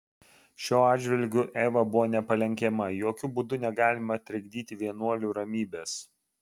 šiuo atžvilgiu eva buvo nepalenkiama jokiu būdu negalima trikdyti vienuolių ramybės